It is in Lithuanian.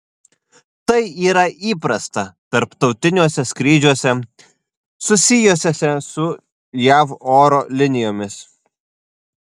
tai yra įprasta tarptautiniuose skrydžiuose susijusiuose su jav oro linijomis